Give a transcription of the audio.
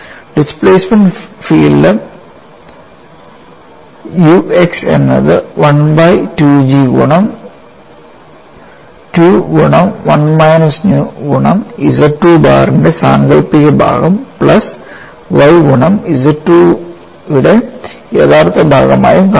displacement field u x എന്നത് 1 by 2G ഗുണം 2 ഗുണം 1 മൈനസ് ന്യൂ ഗുണം ZII ബാറിന്റെ സാങ്കൽപ്പിക ഭാഗം പ്ലസ് y ഗുണം ZII യുടെ യഥാർത്ഥ ഭാഗമായും കാണാം